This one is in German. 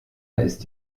ist